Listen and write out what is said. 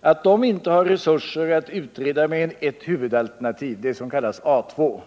att de inte har resurser att utreda mer än ett huvudalternativ, det som kallas A 2.